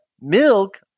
milk